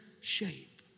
shape